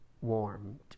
warmed